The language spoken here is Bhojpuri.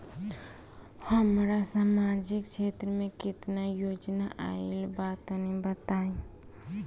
हमरा समाजिक क्षेत्र में केतना योजना आइल बा तनि बताईं?